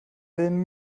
den